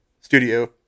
Studio